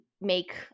make